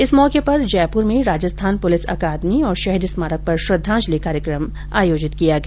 इस मौके पर जयपुर में राजस्थान पुलिस अकादमी और शहीद स्मारक पर श्रद्धांजलि कार्यक्रम आयोजित गया